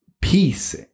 peace